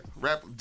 Rap